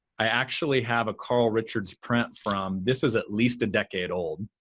i actually have a carl richards print from this is at least a decade old